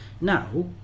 now